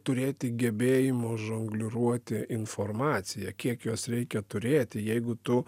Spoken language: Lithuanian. turėti gebėjimo žongliruoti informacija kiek jos reikia turėti jeigu tu